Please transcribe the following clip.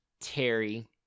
Terry